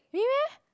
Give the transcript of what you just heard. really meh